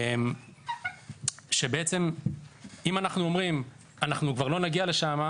ואם נגיד שכבר לא נגיע לשם,